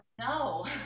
No